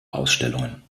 ausstellungen